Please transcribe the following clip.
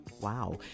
Wow